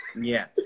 Yes